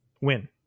Win